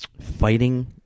Fighting